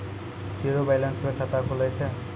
Zero balance पर खाता खुले छै?